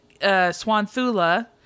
Swanthula